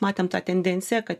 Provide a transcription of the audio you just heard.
matėm tą tendenciją kad